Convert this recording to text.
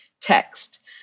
text